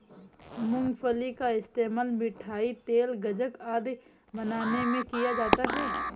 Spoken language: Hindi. मूंगफली का इस्तेमाल मिठाई, तेल, गज्जक आदि बनाने में किया जाता है